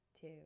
two